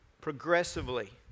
progressively